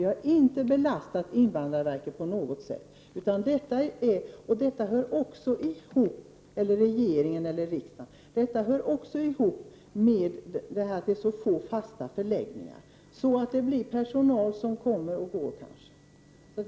Vi har inte skuldbelastat invandrarverket eller regeringen eller riksdagen på något sätt. Denna fråga hör också samman med det låga antalet fasta förläggningar. Det får till följd att personalen kommer och går.